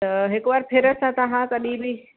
त हिकु बार फ़िर सां तव्हां कॾहिं बि